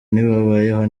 ntibabayeho